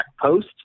post